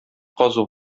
казу